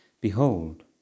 Behold